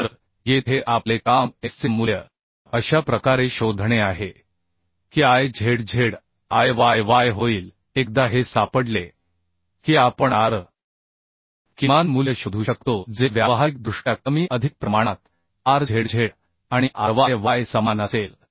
तर येथे आपले काम sचे मूल्य अशा प्रकारे शोधणे आहे की Izz Iyy होईल एकदा हे सापडले की आपण R किमान मूल्य शोधू शकतो जे व्यावहारिकदृष्ट्या कमी अधिक प्रमाणात Rzz आणि Ryy समान असेल